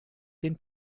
den